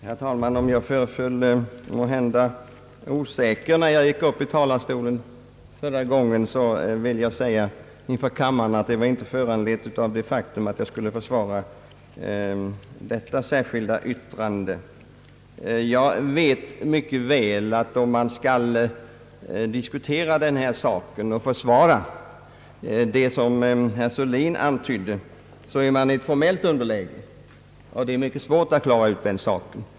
Herr talman! Om jag måhända föreföll osäker när jag gick upp i talarstolen förra gången, så vill jag nu säga inför kammaren att det var inte föranlett av det faktum att jag skulle försvara detta särskilda yttrande. Jag vet emellertid mycket väl att om man skall diskutera denna sak och försvara den så är man, som herr Sörlin antydde, i ett formellt underläge. Det är mycket svårt att klara ut den saken.